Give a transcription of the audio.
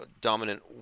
dominant